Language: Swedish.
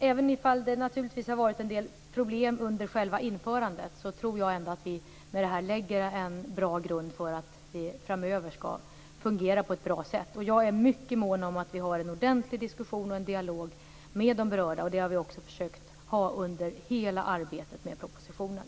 Även om det har varit en del problem under själva införandet, tror jag att vi nu lägger en bra grund för att det framöver skall fungera på ett bra sätt. Jag är mycket mån om att vi har en ordentligt diskussion och en dialog med de berörda, och det har vi också försökt att ha under hela arbetet med propositionen.